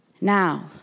Now